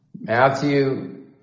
Matthew